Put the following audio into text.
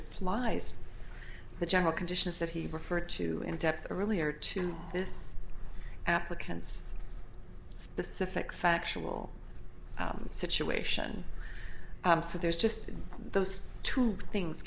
applies the general conditions that he preferred to in depth earlier to this applicant's specific factual situation so there's just those two things